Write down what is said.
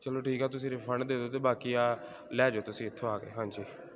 ਚਲੋ ਠੀਕ ਆ ਤੁਸੀਂ ਰਿਫੰਡ ਦੇ ਦਿਓ ਅਤੇ ਬਾਕੀ ਆਹ ਲੈ ਜਿਓ ਤੁਸੀਂ ਇੱਥੋਂ ਆ ਕੇ ਹਾਂਜੀ